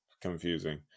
confusing